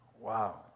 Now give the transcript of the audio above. Wow